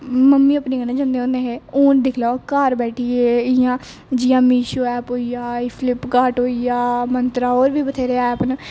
mummy अपनी कन्ने जने होन्ने हून दिक्खी लो घार बैठियै इयां जियां मी फल्पिकार्ट होई गेआ मांतरा होर बी बथेरे ऐप ना